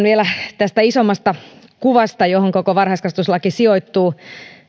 vielä tästä isommasta kuvasta johon koko varhaiskasvatuslaki sijoittuu